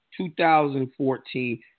2014